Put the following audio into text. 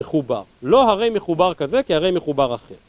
מחובר. לא הרי מחובר כזה, כהרי מחובר אחר.